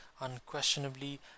unquestionably